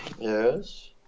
Yes